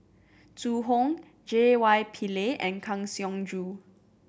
Zhu Hong J Y Pillay and Kang Siong Joo